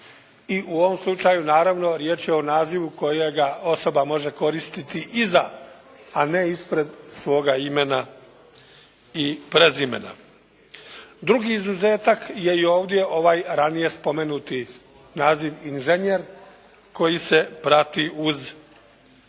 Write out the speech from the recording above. I u ovom slučaju naravno riječ je o nazivu kojega osoba može koristiti iza, a ne ispred svoga imena i prezimena. Drugi izuzetak je i ovdje ovaj ranije spomenuti naziv: "inženjer" koji se prati uz,